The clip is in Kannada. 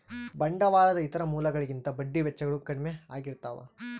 ಬಂಡವಾಳದ ಇತರ ಮೂಲಗಳಿಗಿಂತ ಬಡ್ಡಿ ವೆಚ್ಚಗಳು ಕಡ್ಮೆ ಆಗಿರ್ತವ